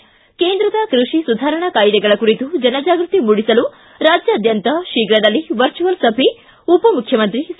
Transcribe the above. ಿ ಕೇಂದ್ರದ ಕೃಷಿ ಸುಧಾರಣಾ ಕಾಯ್ದೆಗಳ ಕುರಿತು ಜನಜಾಗೃತಿ ಮೂಡಿಸಲು ರಾಜ್ಯಾದ್ಯಂತ ಶೀಘದಲ್ಲೇ ವರ್ಚುವಲ್ ಸಭೆ ಉಪಮುಖ್ಯಮಂತ್ರಿ ಸಿ